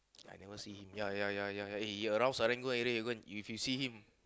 I never see him ya ya ya ya he around Serangoon already you go you go see him